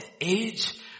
age